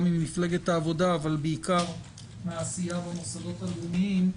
גם ממפלגת העבודה אבל בעיקר מהעשייה במוסדות הלאומיים,